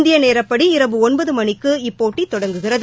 இந்தியநேரப்படி இரவு ஒன்பதுமணிக்கு இப்போட்டிதொடங்குகிறது